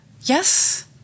Yes